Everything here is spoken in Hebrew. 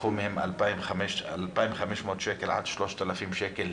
ולקחו מהם 2,500-3,000 שקל